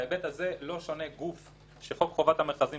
בהיבט הזה לא שונה גוף שחוק חובת המכרזים